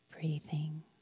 Breathing